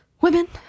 Women